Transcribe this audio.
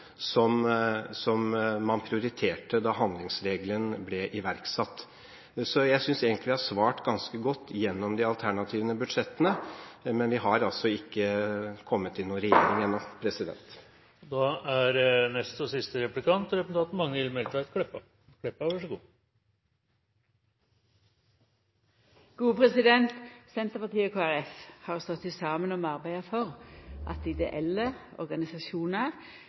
da ser man at opposisjonspartiene har brukt mer på akkurat de områdene som man prioriterte da handlingsregelen ble iverksatt. Jeg synes egentlig vi har svart ganske godt gjennom de alternative budsjettene, men vi har altså ikke kommet i noen regjering ennå. Senterpartiet og Kristeleg Folkeparti har stått saman om å arbeida for at ideelle